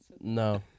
No